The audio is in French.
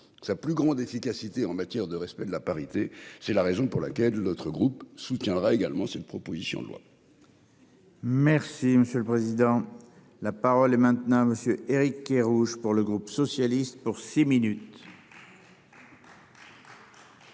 sa plus grande efficacité en matière de respect de la parité, c'est la raison pour laquelle notre groupe soutiendra également, c'est une proposition de loi. Merci monsieur le président. La parole est maintenant monsieur Éric Kerrouche pour le groupe socialiste pour six minutes.